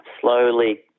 slowly